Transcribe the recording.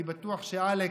אני בטוח שאלכס,